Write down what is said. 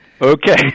Okay